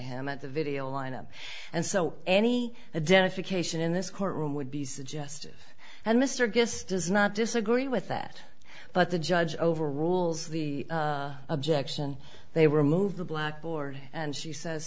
him at the video lineup and so any advantage for cation in this courtroom would be suggestive and mr guess does not disagree with that but the judge overrules the objection they remove the blackboard and she says